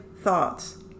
thoughts